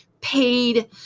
paid